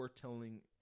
telling